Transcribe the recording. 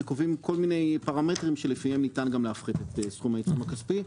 שקובעים כול מיני פרמטרים שלפיהם ניתן גם להפחית סכומי העיצום הכספי.